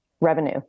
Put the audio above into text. revenue